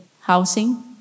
housing